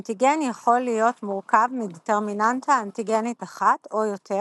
אנטיגן יכול להיות מורכב מדטרמיננטה אנטיגנית אחת או יותר,